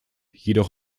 jedoch